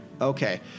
Okay